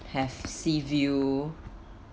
have sea view